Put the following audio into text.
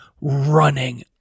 running